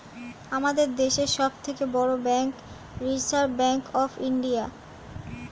আমাদের দেশের সব থেকে বড় bank Reserve Bank of India